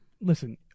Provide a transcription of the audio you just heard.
listen